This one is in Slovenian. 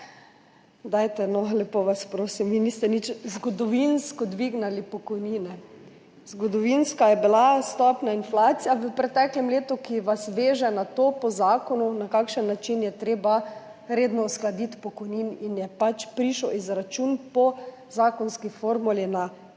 Dajte no, lepo vas prosim! Vi niste nič zgodovinsko dvignili pokojnin, zgodovinska je bila stopnja inflacije v preteklem letu, ki vas veže na to, po zakonu, na kakšen način je treba redno uskladiti pokojnine in je pač prišel izračun po zakonski formuli na